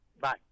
Bye